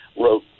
wrote